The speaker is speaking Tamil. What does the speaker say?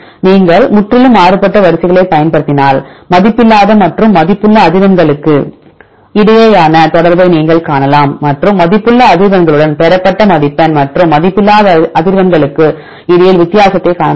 நீங்கள் முற்றிலும் மாறுபட்ட வரிசைகளைப் பயன்படுத்தினால் மதிப்பில்லாத மற்றும் மதிப்புள்ள அதிர்வெண்களுக்கு இடையேயான தொடர்பை நீங்கள் காணலாம் மற்றும் மதிப்புள்ள அதிர்வெண்களுடன் பெறப்பட்ட மதிப்பெண் மற்றும் மதிப்பில்லாத அதிர்வெண்களுக்கு இடையில் வித்தியாசத்தைக் காணலாம்